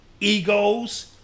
egos